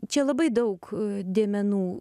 čia labai daug dėmenų